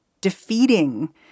defeating